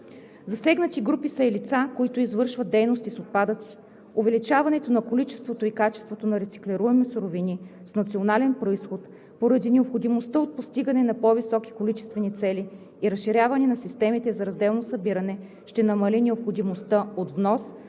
Засегнати групи са и лица, които извършват дейности с отпадъци. Увеличаването на количеството и качеството на рециклируемите суровини с национален произход поради необходимостта от постигането на по-високи количествени цели и разширяването на системите за разделно събиране ще намали необходимостта от внос